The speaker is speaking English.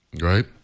right